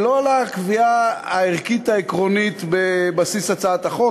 היא לא לקביעה הערכית העקרונית שבבסיס הצעת החוק.